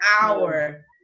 hour